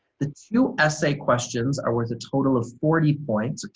the two essay questions are worth a total of forty points,